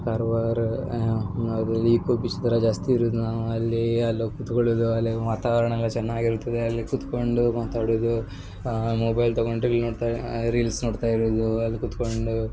ಕಾರ್ವಾರ ಹೊನ್ನಾವರ್ದಲ್ಲಿ eco beach ಥರ ಜಾಸ್ತಿ ಇರೋದು ನಾವು ಅಲ್ಲಿ ಅಲ್ಲೋಗಿ ಕುತ್ಕೊಳ್ಳುದು ಅಲ್ಲಿನ ವಾತಾವರ್ಣ ಚೆನ್ನಾಗಿರುತ್ತದೆ ಅಲ್ಲೋಗಿ ಕುತ್ಕೊಂಡು ಮಾತಾಡುದು ಮೊಬೈಲ್ ತಗೊಂಡು ಇಲ್ಲಿ ನೋಡ್ತಾ ರೀಲ್ಸ್ ನೋಡ್ತಾ ಇರೋದು ಅಲ್ಲಿ ಕೂತ್ಕೊಂಡು